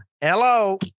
hello